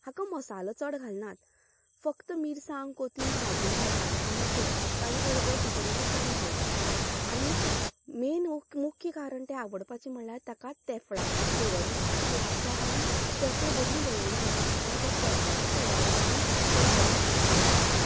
हाका मसालो चड घालनात फक्त मिरसांग कोंथबीर भाजून घालतात आनी सोय ताजे बरोबर उकडिल्ले चणे घालतात आनीक मेन मुख्य कारण तें आवडपाचे म्हळ्यार ताका तेफळांचो फ्लेवर उरता ताका लास्टाक आमी तेफळां बरी धोडोवन घालतात आनी तेका तेफळांचे फ्लेवराक लागून तें बरेंच रुचीक लागतात